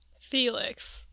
Felix